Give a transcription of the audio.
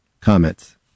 Comments